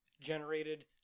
generated